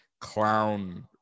clown